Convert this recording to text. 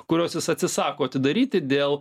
kurios jis atsisako atidaryti dėl